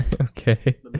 Okay